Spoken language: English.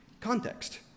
Context